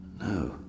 No